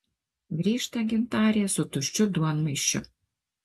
grįžta gintarė su tuščiu duonmaišiu